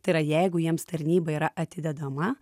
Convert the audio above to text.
tai yra jeigu jiems tarnyba yra atidedama